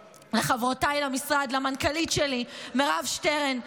לחברותיי למשרד ולמנכ"לית שלי מירב שטרן,